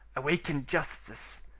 awaken justice!